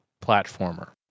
platformer